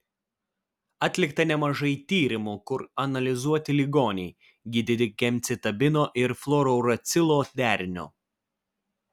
atlikta nemažai tyrimų kur analizuoti ligoniai gydyti gemcitabino ir fluorouracilo deriniu